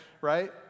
right